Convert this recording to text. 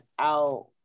out